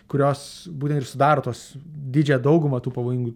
kurios būtent ir sudaro tos didžiąją daugumą tų pavojingų